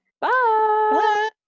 Bye